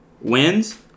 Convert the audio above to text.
Wins